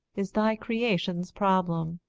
is thy creation's problem,